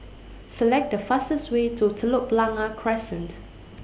Select The fastest Way to Telok Blangah Crescent